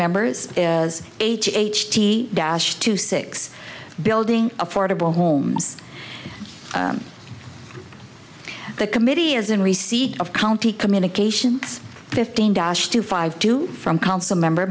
members as h h t dash two six building affordable homes the committee is in receipt of county communications fifteen dash two five two from council member